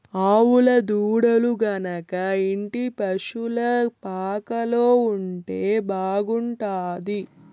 ఆవుల దూడలు గనక ఇంటి పశుల పాకలో ఉంటే బాగుంటాది